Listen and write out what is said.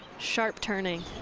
sharp turning.